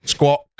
Squat